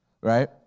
Right